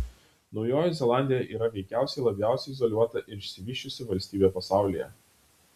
naujoji zelandija yra veikiausiai labiausiai izoliuota ir išsivysčiusi valstybė pasaulyje